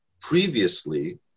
previously